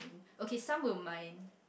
okay some will mind